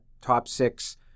top-six